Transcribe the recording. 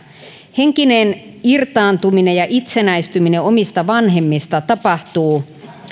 henkinen irtaantuminen ja itsenäistyminen omista vanhemmista tapahtuu